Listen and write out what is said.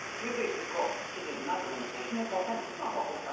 imitation of course. it is not an imitation, it's authentic. oh, come